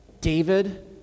David